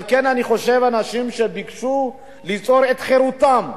לכן, אני חושב שאנשים שביקשו ליצור את חירותם,